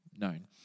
known